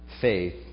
faith